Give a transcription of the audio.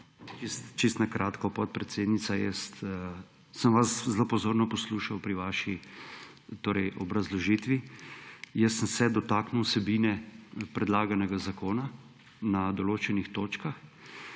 Čisto na kratko, podpredsednica. Zelo pozorno sem vas poslušal pri vaši obrazložitvi. Jaz sem se dotaknil vsebine predlaganega zakona na določenih točkah.